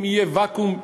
אם יהיה ואקום,